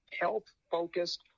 health-focused